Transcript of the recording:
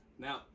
Now